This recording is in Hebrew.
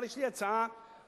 אבל יש לי הצעה אלטרנטיבית,